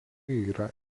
yra